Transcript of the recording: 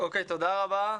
תודה רבה.